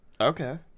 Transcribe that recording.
Okay